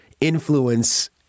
influence